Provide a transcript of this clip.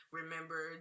remember